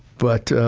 but,